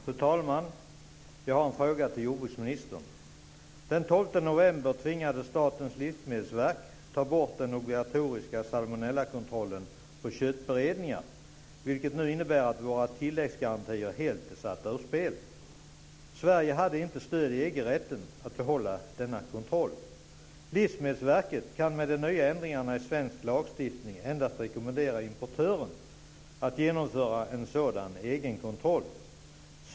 Fru talman! Jag har en fråga till jordbruksministern. Den 12 november tvingades Statens livsmedelsverk ta bort den obligatoriska salmonellakontrollen på köttberedningar, vilket innebär att våra tilläggsgarantier nu är helt satta ur spel. Sverige hade inte stöd i EG-rätten för att behålla denna kontroll. Livsmedelsverket kan med de nya ändringarna i svensk lagstiftning endast rekommendera importören att genomföra en sådan egenkontroll.